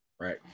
Right